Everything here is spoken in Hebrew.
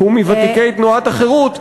הוא מוותיקי תנועת החרות,